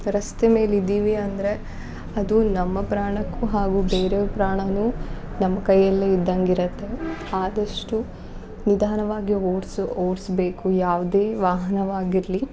ರಸ್ತೆ ಮೇಲೆ ಇದ್ದೀವಿ ಅಂದರೆ ಅದು ನಮ್ಮ ಪ್ರಾಣಕ್ಕೂ ಹಾಗೂ ಬೇರೆಯವ್ರ ಪ್ರಾಣವೂ ನಮ್ಮ ಕೈಯಲ್ಲೇ ಇದ್ದಂಗೆ ಇರುತ್ತೆ ಆದಷ್ಟು ನಿಧಾನವಾಗಿ ಓಡ್ಸಿ ಓಡಿಸ್ಬೇಕು ಯಾವುದೇ ವಾಹನವಾಗಿರಲಿ